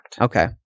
Okay